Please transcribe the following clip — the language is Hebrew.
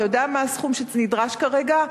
אתה יודע מה הסכום שנדרש כרגע?